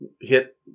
hit